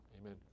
amen